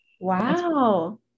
Wow